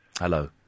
Hello